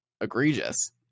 egregious